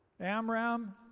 Amram